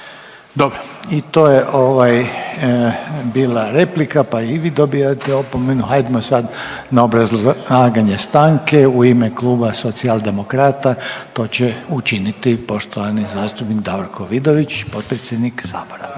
Dobro i to je ovaj bila replika, pa i vi dobijate opomenu. Hajdmo sad na obrazlaganje stanke u ime Kluba Socijaldemokrata to će učiniti poštovani zastupnik Davorko Vidović, potpredsjednik Sabora.